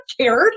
cared